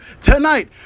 tonight